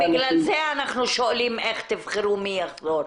בגלל זה אנחנו שואלים איך תבחרו מי יחזור.